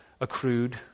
accrued